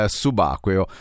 subacqueo